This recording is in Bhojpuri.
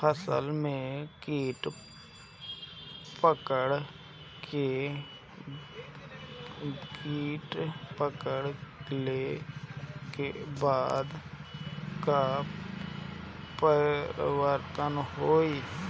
फसल में कीट पकड़ ले के बाद का परिवर्तन होई?